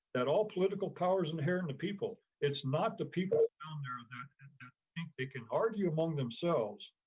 that all political powers inherently people. it's not the people down there that think they can argue among themselves,